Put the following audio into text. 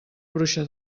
bruixa